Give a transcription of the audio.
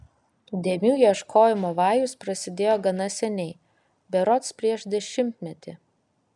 dėmių ieškojimo vajus prasidėjo gana seniai berods prieš dešimtmetį